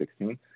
2016